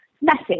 message